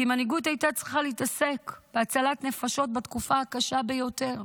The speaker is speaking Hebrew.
כי מנהיגות הייתה צריכה לעסוק בהצלת נפשות בתקופה הקשה ביותר.